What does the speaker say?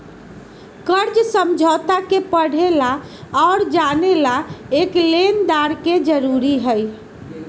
कर्ज समझौता के पढ़े ला और जाने ला एक लेनदार के जरूरी हई